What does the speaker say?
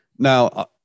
Now